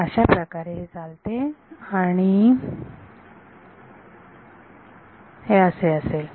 अशाप्रकारे हे चालते आणि हे असे असेल